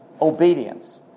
Obedience